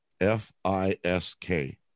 F-I-S-K